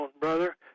brother